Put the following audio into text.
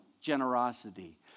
generosity